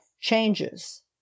changes